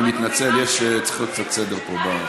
אני מתנצל, צריך להיות קצת סדר פה.